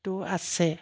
টো আছে